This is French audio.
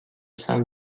sainte